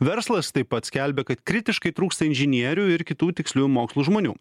verslas taip pat skelbia kad kritiškai trūksta inžinierių ir kitų tiksliųjų mokslų žmonių